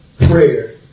prayer